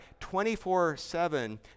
24-7